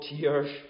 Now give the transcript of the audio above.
tears